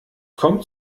kommt